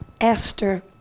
Esther